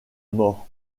mort